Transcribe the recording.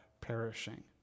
perishing